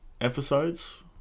episodes